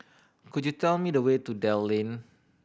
could you tell me the way to Dell Lane